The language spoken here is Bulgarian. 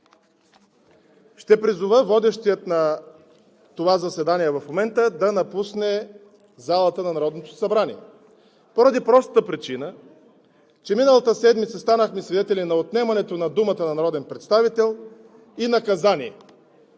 Ще призова водещия на това заседание в момента да напусне залата на Народното събрание поради простата причина, че миналата седмица станахме свидетели на отнемането на думата на народен представител и наказание,